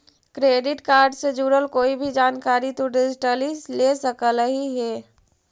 credit card से जुड़ल कोई भी जानकारी तु डिजिटली ले सकलहिं हे